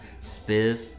Spiff